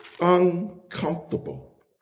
uncomfortable